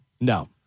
No